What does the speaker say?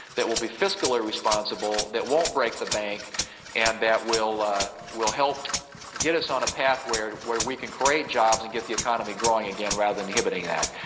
that will be fiscally responsible, that won't break the bank and that will ah will help get us on a path where where we can create jobs and get the economy growing again rather than inhibiting that.